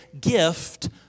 gift